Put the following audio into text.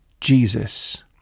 Jesus